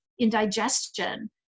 indigestion